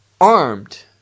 armed